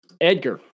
Edgar